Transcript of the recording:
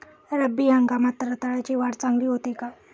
रब्बी हंगामात रताळ्याची वाढ चांगली होते का?